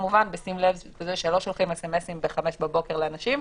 כמובן בשים לב לזה שלא שולחים סמ"סים ב-05:00 לאנשים.